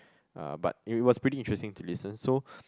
uh but it was pretty interesting to listen so